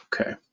Okay